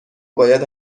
باید